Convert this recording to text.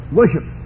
Worship